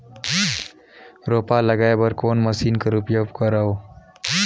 रोपा लगाय बर कोन मशीन कर उपयोग करव?